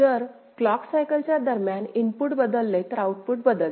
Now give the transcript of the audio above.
जर clock cycle च्या दरम्यान इनपुट बदलले तर आउटपुट बदलते